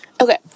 okay